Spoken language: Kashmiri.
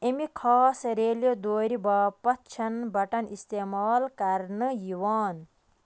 اَمہِ خاص ریٚلہِ دورِ باپتھ چھنہٕ بَٹن استعمال كرنہٕ یِوان